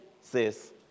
says